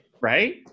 Right